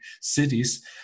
cities